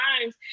times